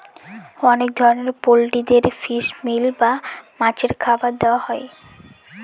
অনেক ধরনের পোল্ট্রিদের ফিশ মিল বা মাছের খাবার দেওয়া হয়